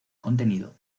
contenido